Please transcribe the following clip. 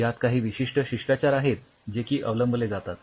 यात काही विशिष्ठ शिष्टाचार आहेत जे की अवलंबले जातात